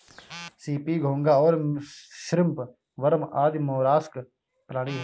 CP, घोंगा और shrimp worm आदि मौलास्क प्राणी हैं